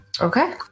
Okay